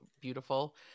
beautiful